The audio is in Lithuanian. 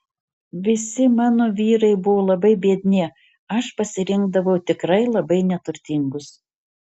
visi mano vyrai buvo labai biedni aš pasirinkdavau tikrai labai neturtingus